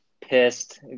pissed